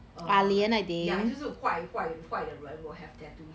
err ya 就是坏坏坏的人 will have tattoos